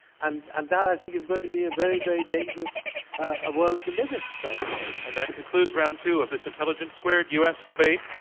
and and that, i think, is going to be a very, very dangerous ah world to live in, frankly. and that concludes round two of this intelligence squared u. s.